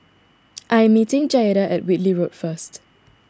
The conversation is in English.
I am meeting Jaeda at Whitley Road first